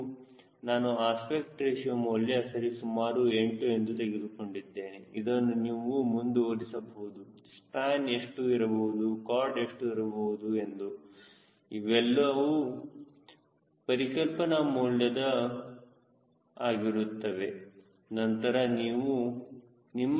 ಹಾಗೂ ನಾನು aspect ratio ಮೌಲ್ಯ ಸರಿ ಸುಮಾರು 8 ಎಂದು ತೆಗೆದುಕೊಂಡಿದ್ದೇನೆ ಇದನ್ನು ನೀವು ಮುಂದುವರೆಸಬಹುದು ಸ್ಪ್ಯಾನ್ ಎಷ್ಟು ಇರಬೇಕು ಕಾರ್ಡ್ ಎಷ್ಟು ಇರಬೇಕು ಎಂದು ಎಲ್ಲವೂ ಪರಿಕಲ್ಪನಾ ಮೌಲ್ಯಗಳ ಆಗಿರುತ್ತವೆ